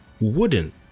wooden